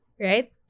right